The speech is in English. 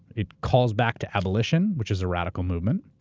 it calls back to abolition, which is a radical movement.